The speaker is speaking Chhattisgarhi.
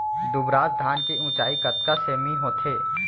दुबराज धान के ऊँचाई कतका सेमी होथे?